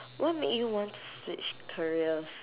what make you want to switch careers